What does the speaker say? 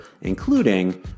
including